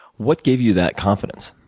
what gave you that confidence?